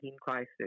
crisis